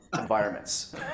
environments